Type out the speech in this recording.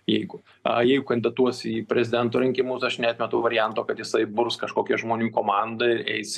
jeigu jeigu kandidatuos į prezidento rinkimus aš neatmetu varianto kad jisai burs kažkokią žmonių komandą ir eis